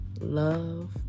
Love